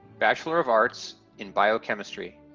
bachelor of arts in biochemistry.